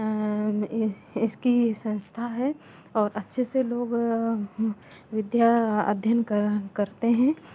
इसकी संस्था है और अच्छे से लोग विद्या अध्ययन कर करते हैं